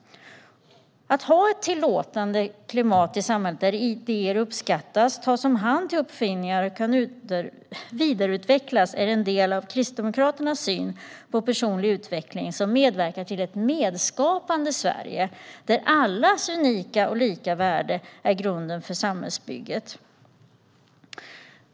Att ha ett tillåtande klimat i samhället där idéer uppskattas, tas om hand till uppfinningar och kan vidareutvecklas är en del av Kristdemokraternas syn på personlig utveckling som medverkar till ett medskapande Sverige, där allas unika och lika värde är grunden för samhällsbygget.